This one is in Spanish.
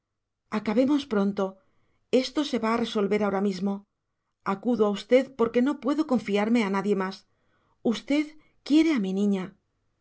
acabemos pronto esto se va a resolver ahora mismo acudo a usted porque no puedo confiarme a nadie más usted quiere a mi niña